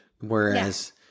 whereas